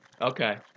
Okay